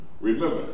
Remember